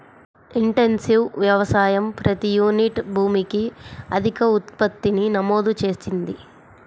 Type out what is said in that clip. intensive వ్యవసాయం ప్రతి unit భూమికి అధిక ఉత్పత్తిని నమోదు చేసింది